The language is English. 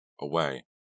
Away